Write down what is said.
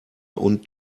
und